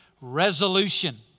resolution